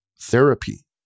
therapy